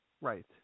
Right